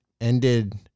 ended